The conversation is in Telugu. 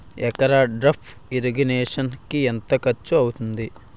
ఎకర డ్రిప్ ఇరిగేషన్ కి ఎంత ఖర్చు అవుతుంది?